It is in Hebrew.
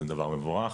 זה דבר מבורך,